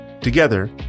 Together